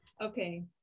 Okay